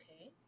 Okay